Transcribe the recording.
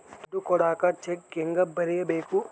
ದುಡ್ಡು ಕೊಡಾಕ ಚೆಕ್ ಹೆಂಗ ಬರೇಬೇಕು?